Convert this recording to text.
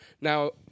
Now